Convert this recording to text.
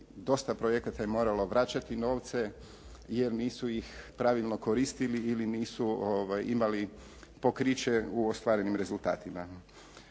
dosta projekata je moralo vraćati novce jer nisu ih pravilno koristili ili nisu imali pokriće u ostvarenim rezultatima.